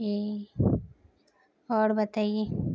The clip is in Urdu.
جی اور بتائیے